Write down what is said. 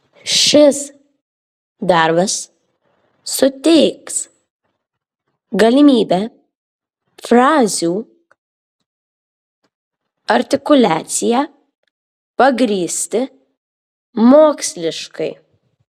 šis darbas suteiks galimybę frazių artikuliaciją pagrįsti moksliškai